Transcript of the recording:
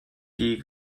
die